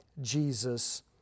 jesus